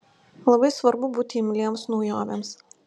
labai svarbu būti imliems naujovėms